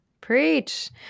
Preach